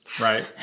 Right